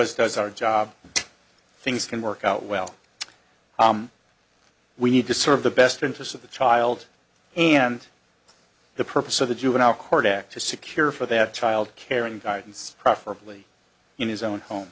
us does our job things can work out well we need to serve the best interests of the child and the purpose of the juvenile court act to secure for their child care and guidance preferably in his own home